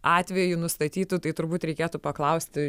atvejų nustatytų tai turbūt reikėtų paklausti